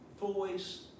voice